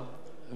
מאיר יקירי,